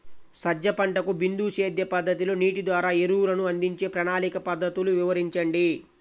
సజ్జ పంటకు బిందు సేద్య పద్ధతిలో నీటి ద్వారా ఎరువులను అందించే ప్రణాళిక పద్ధతులు వివరించండి?